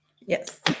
Yes